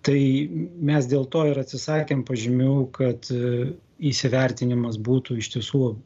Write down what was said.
tai mes dėl to ir atsisakėm požymių kad įsivertinimas būtų iš tiesų